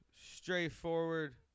straightforward